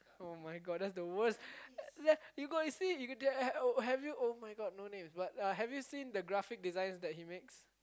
[oh]-my-God that's the worst yeah you got see you got there uh have you [oh]-my-God no names but uh have you seen the graphic designs that he makes